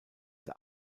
der